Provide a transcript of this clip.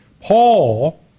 Paul